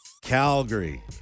Calgary